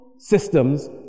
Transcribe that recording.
Systems